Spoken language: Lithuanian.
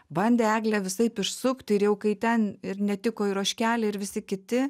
bandė eglę visaip išsukt ir jau kai ten ir netiko ir ožkelė ir visi kiti